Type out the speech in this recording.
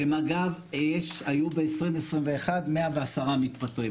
במג"ב היו ב-2021 110 מתפטרים.